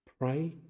Pray